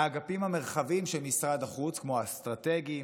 האגפים המרחביים של משרד החוץ, כמו האסטרטגיים,